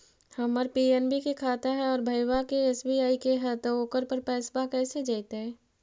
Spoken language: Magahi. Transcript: हमर पी.एन.बी के खाता है और भईवा के एस.बी.आई के है त ओकर पर पैसबा कैसे जइतै?